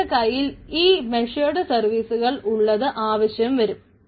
നമ്മുടെ കൈയിൽ ഈ മെഷർഡ് സർവീസുകൾ ഉള്ളത് ആവശ്യം വരും